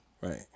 Right